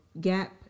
gap